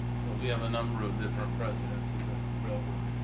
we have a number of different presidents of the railroad.